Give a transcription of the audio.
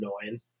annoying